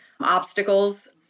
obstacles